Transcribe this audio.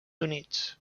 units